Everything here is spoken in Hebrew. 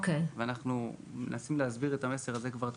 ואנחנו מנסים להסביר את המסר הזה כבר תקופה.